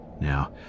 Now